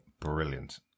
Brilliant